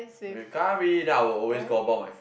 with curry then I'll always gobble up my food